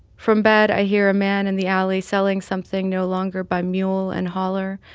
from bed, i hear a man in the alley selling something no longer by mule and holler,